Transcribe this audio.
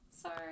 Sorry